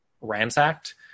ransacked